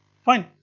fine.